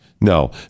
No